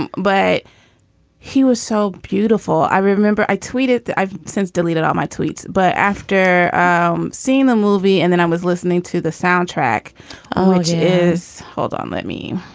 and but he was so beautiful. i remember i tweeted that i've since deleted all my tweets but after um seeing the movie and then i was listening to the soundtrack which is. hold on let me.